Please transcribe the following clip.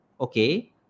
okay